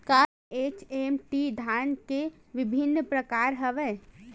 का एच.एम.टी धान के विभिन्र प्रकार हवय?